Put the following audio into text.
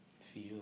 feel